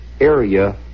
area